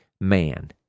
man